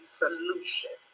solution